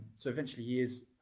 so eventually, he is